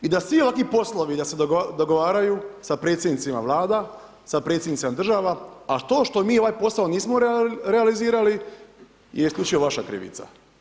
I da svi ovakvi poslovi da se dogovaraju sa predsjednicima vlada, sa predsjednicima država a to što mi ovaj posao nismo realizirali je isključivo vaša krivica.